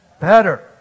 better